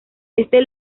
este